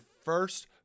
first